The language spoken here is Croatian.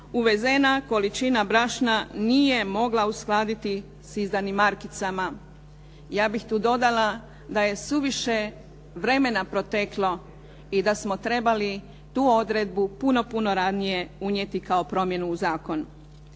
uvezena količina brašna nije mogla uskladiti s izdanim markicama. Ja bih tu dodala da je suviše vremena proteklo i da smo trebali tu odredbu puno ranije unijeti kao promjenu u zakon.